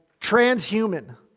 transhuman